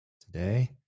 today